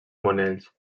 monells